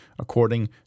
according